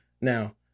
Now